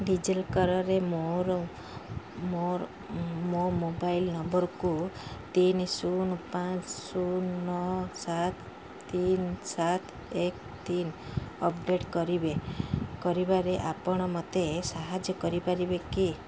D ଜି ଲକର୍ରେ ମୋର ମୋର ମୋ ମୋବାଇଲ ନମ୍ବରକୁ ତିନି ଶୂନ ପାଞ୍ଚ ଶୂନ ନଅ ସାତ ତିନି ସାତ ଏକ ତିନି ଅପଡ଼େଟ୍ କରିବେ କରିବାରେ ଆପଣ ମୋତେ ସାହାଯ୍ୟ କରିପାରିବେ କି